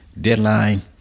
deadline